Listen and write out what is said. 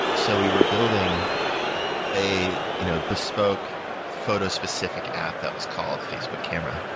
so we were building a you know bespoke photo-specific app that was called facebook camera.